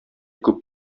күп